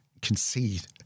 concede